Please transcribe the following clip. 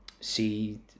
see